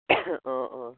অঁ অঁ